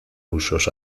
usos